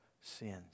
sins